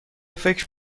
فکر